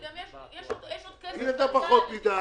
יש עוד כסף --- אם היא נתנה פחות מדי,